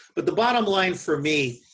but the bottom line for me,